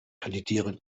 kandidieren